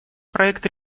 проект